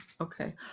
okay